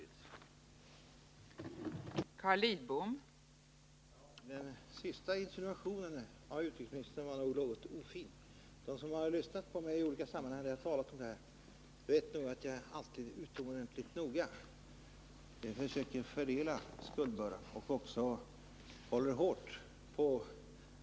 Jag tycker alltså att den svenska regeringens ståndpunkt i den här frågan är klar. Den innebär att vi tar avstånd från våldsdåd, oavsett av vilken sida de än begås. Vi anser — till skillnad från en del andra regeringar, och till skillnad från en del andra talesmän här i kammaren — att det är både palestiniernas och israelernas rättigheter som skall tillgodoses.